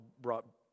brought